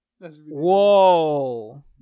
Whoa